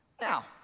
Now